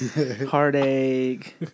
heartache